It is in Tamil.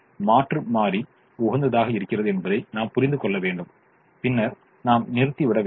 எனவே மாற்று மாறி உகந்ததாக இருக்கிறது என்பதை நாம் புரிந்து கொள்ள வேண்டும் பின்னர் நாம் நிறுத்திவிட வேண்டும்